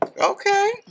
okay